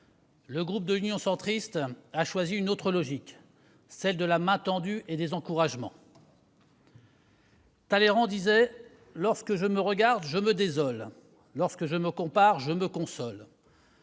Le groupe Union Centriste a choisi une autre logique : celle de la main tendue et des encouragements. Talleyrand disait :« Lorsque je me regarde, je me désole ; lorsque je me compare, je me console. »